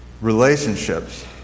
relationships